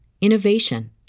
innovation